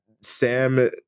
sam